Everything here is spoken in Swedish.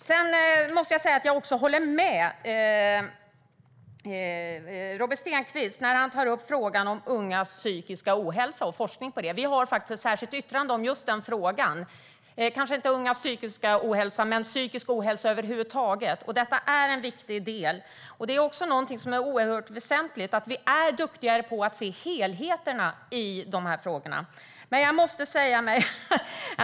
Sedan måste jag säga att jag håller med Robert Stenkvist när han tar upp frågan om ungas psykiska ohälsa och forskning om det. Vi har faktiskt ett särskilt yttrande om just den frågan - kanske inte om just ungas psykiska ohälsa men om psykisk ohälsa över huvud taget. Detta är en viktig del. Det är oerhört väsentligt att vi är duktigare på att se helheterna i dessa frågor.